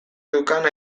zeukan